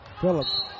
Phillips